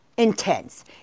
intense